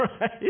right